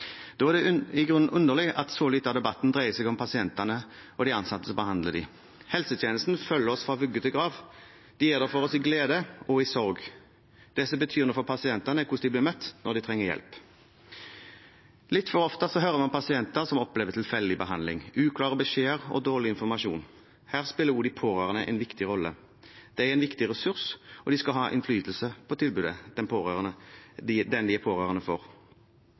Da er det i grunnen underlig at så lite av debatten dreier seg om pasientene og de ansatte som behandler dem. Helsetjenesten følger oss fra vugge til grav. De er der for oss i glede og i sorg. Det som betyr noe for pasientene, er hvordan de blir møtt når de trenger hjelp. Litt for ofte hører vi om pasienter som opplever tilfeldig behandling, uklare beskjeder og dårlig informasjon. Her spiller også de pårørende en viktig rolle. De er en viktig ressurs, og de skal ha innflytelse på tilbudet til den de er pårørende for.